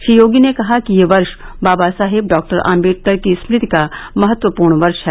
श्री योगी ने कहा कि यह वर्ष बाबा साहेब डॉक्टर आम्बेडकर की स्मृति का महत्वपूर्ण वर्ष है